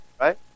right